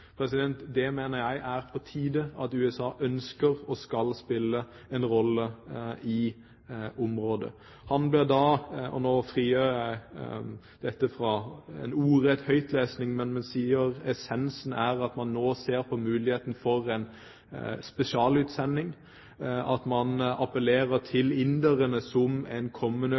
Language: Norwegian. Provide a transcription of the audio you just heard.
Det mener jeg er på tide, at USA ønsker og skal spille en rolle i i området. Han sier da – og nå frigjør jeg dette fra en ordrett høytlesning – at essensen er at man ser på muligheten for en spesialutsending, at man appellerer til inderne som en